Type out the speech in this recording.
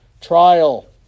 trial